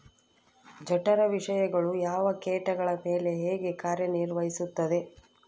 ಜಠರ ವಿಷಯಗಳು ಯಾವ ಕೇಟಗಳ ಮೇಲೆ ಹೇಗೆ ಕಾರ್ಯ ನಿರ್ವಹಿಸುತ್ತದೆ?